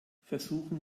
versuchen